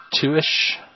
two-ish